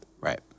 Right